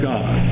God